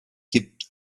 kippt